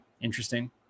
interesting